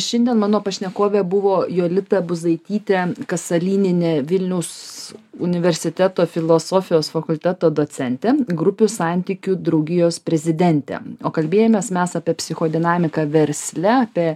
šiandien mano pašnekovė buvo jolita buzaitytė kasalynienė vilniaus universiteto filosofijos fakulteto docentė grupių santykių draugijos prezidentė o kalbėjomės mes apie psichodinamiką versle apie